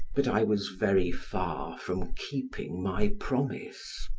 but i was very far from keeping my promise.